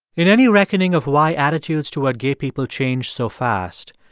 in any reckoning of why attitudes toward gay people changed so fast,